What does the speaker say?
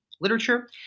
literature